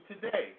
today